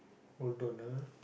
four dollar